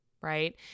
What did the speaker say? right